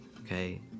Okay